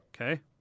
Okay